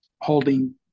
holding